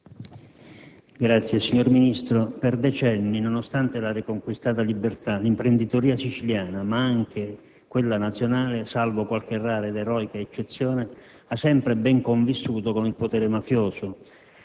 Signor Ministro, per decenni, nonostante la riconquistata libertà, l'imprenditoria siciliana ma anche quella nazionale, salvo qualche rara ed eroica eccezione, ha sempre ben convissuto con il potere mafioso,